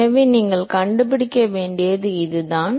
எனவே நீங்கள் கண்டுபிடிக்க வேண்டியது இதுதான்